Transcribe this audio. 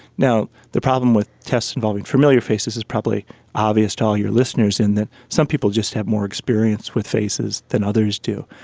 the problem with tests involving familiar faces is probably obvious to all your listeners in that some people just have more experience with faces than others do.